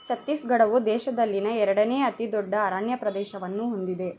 ಛತ್ತೀಸ್ಗಢವು ದೇಶದಲ್ಲಿನ ಎರಡನೇ ಅತಿದೊಡ್ಡ ಅರಣ್ಯ ಪ್ರದೇಶವನ್ನು ಹೊಂದಿದೆ